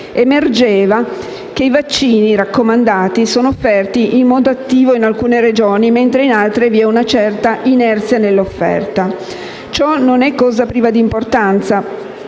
emergeva che i vaccini raccomandati sono offerti in modo attivo in alcune Regioni, mentre in altre vi è una certa inerzia nell'offerta. Ciò non è cosa priva di importanza,